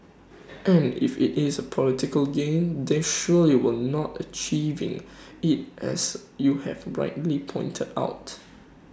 and if IT is political gain then surely we are not achieving IT as you have rightly pointed out